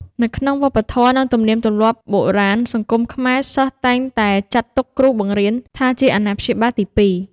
នៅក្នុងវប្បធម៌និងទំនៀមទម្លាប់បុរាណសង្គមខ្មែរ សិស្សតែងតែចាត់ទុកគ្រូបង្រៀនថាជា អាណាព្យាបាលទីពីរ។